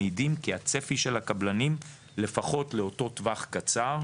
מעידים כי הצפי של הקבלנים לפחות לאותו טווח קצר,